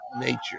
nature